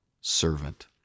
servant